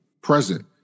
present